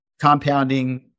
compounding